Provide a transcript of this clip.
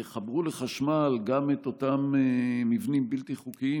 יחברו לחשמל גם את אותם מבנים בלתי חוקיים